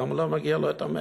למה לא מגיע לו 100%?